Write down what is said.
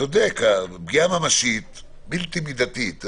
צודק, פגיעה ממשית בלתי מידתית.